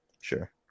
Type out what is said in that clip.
sure